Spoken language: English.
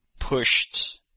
pushed